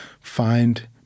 find